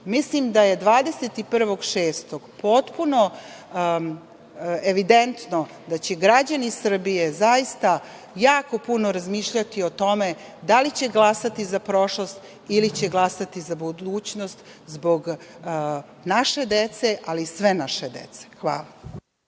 nas. Mislim da je 21. juna potpuno evidentno da će građani Srbije jako puno razmišljati o tome da li će glasati za prošlost ili će glasati za budućnost zbog naše dece, ali i sve naše dece. Hvala.